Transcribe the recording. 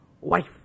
wife